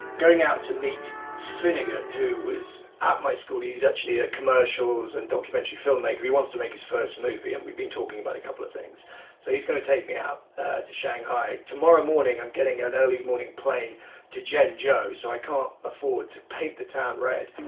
going out to meet finnegan, who was at my school. he's actually a commercials and documentary filmmaker. he wants to make his first movie and we've been talking about a couple of things. so he's gonna take me out to shanghai. tomorrow morning i'm getting an early morning plane to zhengzhou so i can't afford to paint the um red.